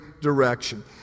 direction